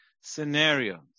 scenarios